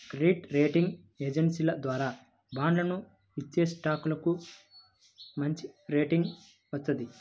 credit rating ఏజెన్సీల ద్వారా బాండ్లను ఇచ్చేస్టాక్లకు మంచిరేటింగ్ వత్తది